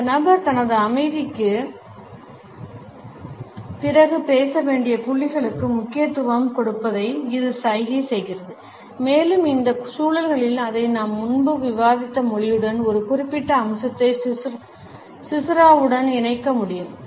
அந்த நபர் தனது அமைதிக்கு பிறகு பேச வேண்டிய புள்ளிகளுக்கு முக்கியத்துவம் கொடுப்பதை இது சைகை செய்கிறது மேலும் இந்தச் சூழல்களில் அதை நாம் முன்பு விவாதித்த மொழியுடன் ஒரு குறிப்பிட்ட அம்சத்தை சிசுராவுடன் இணைக்க முடியும்